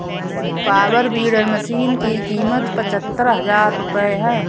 power weeder machine की कीमत पचहत्तर हजार रूपये है